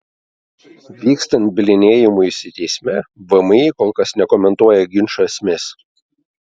vykstant bylinėjimuisi teisme vmi kol kas nekomentuoja ginčo esmės